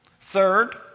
Third